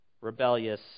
rebellious